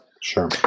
Sure